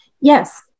Yes